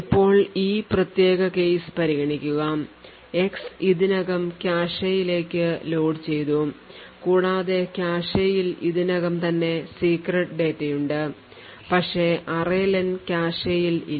ഇപ്പോൾ ഈ പ്രത്യേക കേസ് പരിഗണിക്കുക x ഇതിനകം കാഷെയിലേക്ക് ലോഡ് ചെയ്തു കൂടാതെ കാഷെയിൽ ഇതിനകം തന്നെ secret ഡാറ്റയുണ്ട് പക്ഷേ array len കാഷെയിൽ ഇല്ല